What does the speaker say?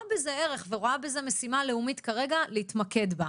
בזה ערך ורואה בזה משימה לאומית כרגע להתמקד בה.